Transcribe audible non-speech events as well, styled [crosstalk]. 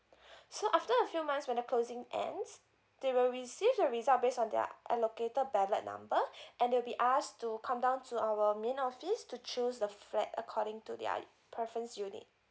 [breath] so after a few months when the closing ends they will receive the result based on their allocated ballot number [breath] and they'll be asked to come down to our main office to choose the flat according to their preference unit